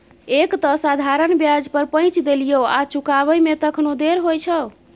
एक तँ साधारण ब्याज पर पैंच देलियौ आ चुकाबै मे तखनो देर होइ छौ